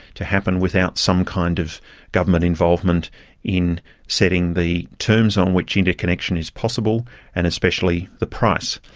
to happen without some kind of government involvement in setting the terms on which interconnection is possible and especially the price.